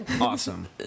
Awesome